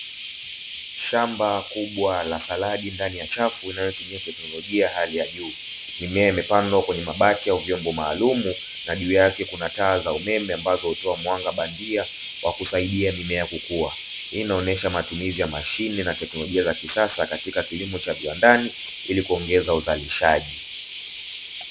Shamba kubwa la saladi, ndani ya chafu inayotumia teknolojia ya hali ya juu. Mimea imepandwa kwenye mabati au vyombo maalumu na juu yake kuna taa za umeme ambazo hutoa mwanga bandia wa kusaidia mimea kukua. Hii inaonesha matumizi ya mashine na teknolojia za kisasa katika kilimo cha viwandani ili kuongeza uzalishaji.